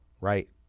Right